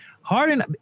Harden